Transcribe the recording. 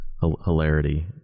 hilarity